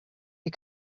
you